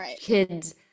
kids